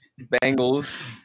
Bengals